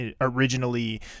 originally